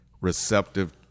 receptive